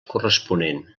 corresponent